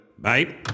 Bye